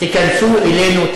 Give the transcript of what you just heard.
תיכנסו אלינו,